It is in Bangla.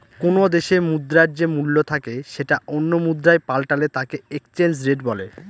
কোনো দেশে মুদ্রার যে মূল্য থাকে সেটা অন্য মুদ্রায় পাল্টালে তাকে এক্সচেঞ্জ রেট বলে